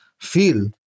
feel